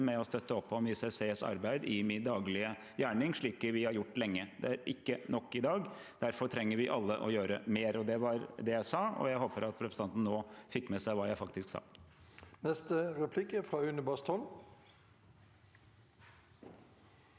med å støtte opp om ICCs arbeid i min daglige gjerning, slik vi har gjort lenge. Det er ikke nok i dag. Derfor trenger vi alle å gjøre mer, og det var det jeg sa. Jeg håper representanten nå fikk med seg hva jeg faktisk sa. Une Bastholm